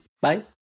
Bye